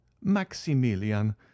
maximilian